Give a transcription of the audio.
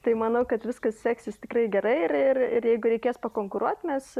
tai manau kad viskas seksis tikrai gerai ir ir ir jeigu reikės pakonkuruot mes